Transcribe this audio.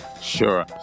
Sure